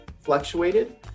fluctuated